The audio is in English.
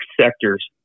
sectors